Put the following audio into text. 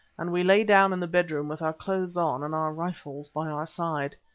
and we lay down in the bedroom with our clothes on and our rifles by our sides.